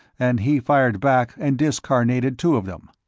and he fired back and discarnated two of them,